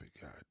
god